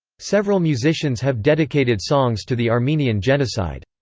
several musicians have dedicated songs to the armenian genocide.